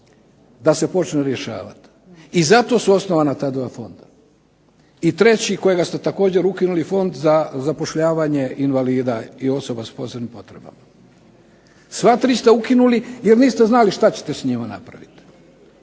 da se počne rješavati, i zato su osnovana ta dva fonda. I treći, kojega ste također ukinuli Fond za zapošljavanje invalida i osoba s posebnim potrebama. Sva tri ste ukinuli jer niste znali šta ćete s njima napraviti.